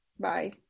Bye